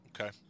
Okay